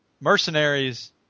mercenaries